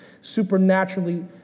supernaturally